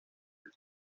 del